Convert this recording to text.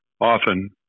often